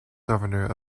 governor